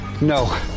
No